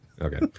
Okay